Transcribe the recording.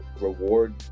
reward